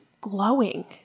glowing